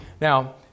Now